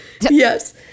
Yes